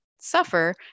suffer